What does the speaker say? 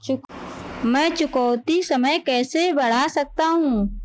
मैं चुकौती समय कैसे बढ़ा सकता हूं?